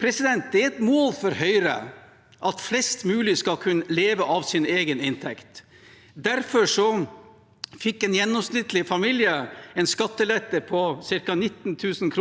fellesskapene. Det er et mål for Høyre at flest mulig skal kunne leve av sin egen inntekt. Derfor fikk en gjennomsnittlig familie en skattelette på ca. 19 000 kr